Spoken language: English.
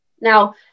Now